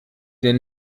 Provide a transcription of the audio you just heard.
der